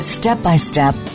Step-by-step